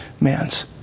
man's